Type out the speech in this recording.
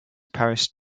parish